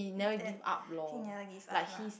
if that he never give up lah